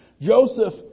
Joseph